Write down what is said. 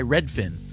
Redfin